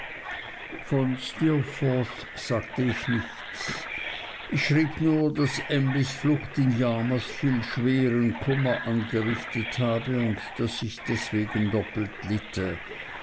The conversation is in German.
von steerforth sagte ich nichts ich schrieb nur daß emlys flucht in yarmouth viel schweren kummer angerichtet habe und daß ich deswegen doppelt litte